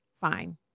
fine